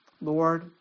Lord